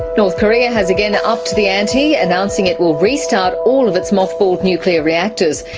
north korea has again upped the ante, announcing it will restart all of its mothballed nuclear reactors.